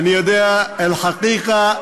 אני יודע (אומר דברים בשפה הערבית,